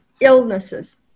illnesses